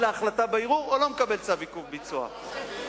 להחלטה בערעור או לא מקבל צו עיכוב ביצוע רבותי,